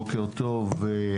בוקר טוב.